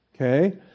okay